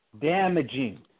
Damaging